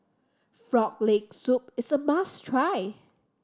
Frog Leg Soup is a must try